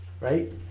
right